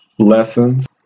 Lessons